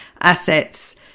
assets